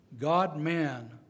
God-man